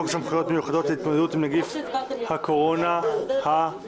סמכויות מיוחדות להתמודדות עם נגיף הקורונה החדש.